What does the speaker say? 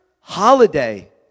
holiday